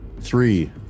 Three